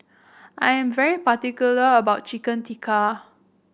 I am very particular about Chicken Tikka